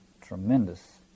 tremendous